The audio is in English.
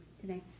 today